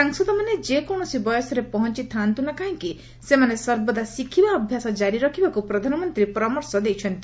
ସାଂସଦମାନେ ଯେକୌଣସି ବୟସରେ ପହଞ୍ଚିଥାନ୍ତୁ ନା କାହିଁକି ସେମାନେ ସର୍ବଦା ଶିଖିବା ଅଭ୍ୟାସ ଜାରି ରଖିବାକୁ ପ୍ରଧାନମନ୍ତ୍ରୀ ପରାମର୍ଶ ଦେଇଛନ୍ତି